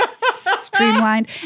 streamlined